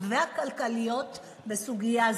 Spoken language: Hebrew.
האסון